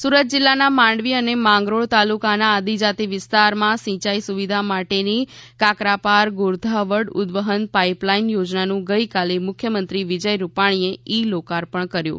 પાણી સુરત જિલ્લાના માંડવી અને માંગરોળ તાલુકાના આદિજાતિ વિસ્તારમાં સિંચાઈ સુવિધા માટેની કાકરાપાર ગોરધા વડ ઉદવહન પાઈપલાઈન યોજનાનું ગઈકાલે મુખ્યમંત્રી વિજય રૂપાણીએ ઇ લોકાર્પણ કર્યુ